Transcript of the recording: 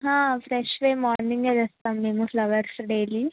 ఫ్రెష్వే మార్నింగే తెస్తాం మేము ఫ్లవర్స్ డైలీ